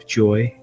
joy